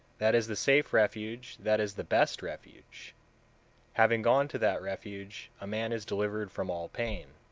that is the safe refuge, that is the best refuge having gone to that refuge, a man is delivered from all pain.